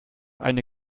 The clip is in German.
eine